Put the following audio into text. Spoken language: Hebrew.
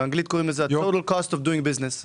באנגלית קוראים לזה total cost of doing business.